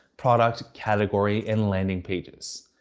product, category, and landing pages.